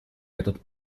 этот